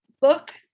book